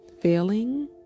Failing